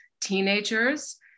teenagers